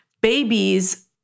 babies